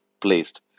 placed